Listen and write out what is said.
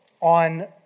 on